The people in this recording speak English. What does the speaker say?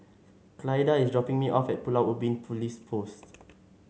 Clyda is dropping me off at Pulau Ubin Police Post